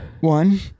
One